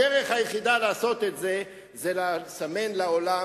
הדרך היחידה לעשות את זה היא לסמן לעולם